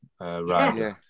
right